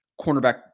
cornerback